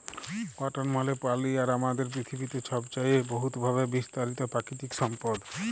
water মালে পালি আর আমাদের পিথিবীতে ছবচাঁয়ে বহুতভাবে বিস্তারিত পাকিতিক সম্পদ